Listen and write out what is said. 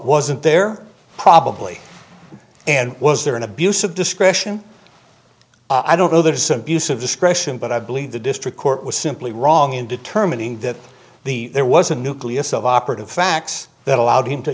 wasn't there probably and was there an abuse of discretion i don't know there is abuse of discretion but i believe the district court was simply wrong in determining that the there was a nucleus of operative facts that allowed him to